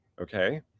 okay